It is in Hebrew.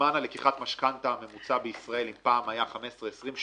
שזמן לקיחת משכנתא ממוצע במדינת ישראל אם היה פעם 20-16 שנה,